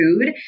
food